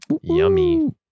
Yummy